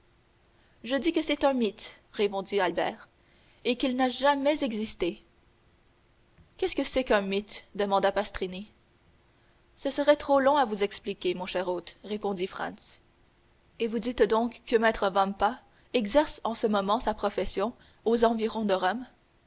je dis que c'est un mythe répondit albert et qu'il n'a jamais existé qu'est-ce que c'est qu'un mythe demanda pastrini ce serait trop long à vous expliquer mon cher hôte répondit franz et vous dites donc que maître vampa exerce en ce moment sa profession aux environs de